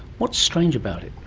what's strange about it?